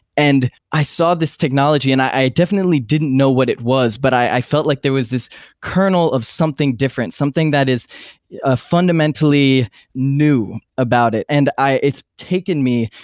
and i saw this technology and i definitely didn't know what it was, but i felt like there was this kernel of something different, something that is ah fundamentally new about it, and it's taken me.